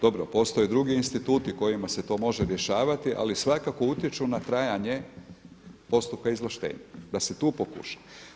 Dobro postoje drugi instituti kojima se to može rješavati ali svakako utječu na trajanje postupka izvlaštenja, da se tu pokuša.